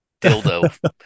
dildo